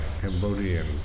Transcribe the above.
Cambodian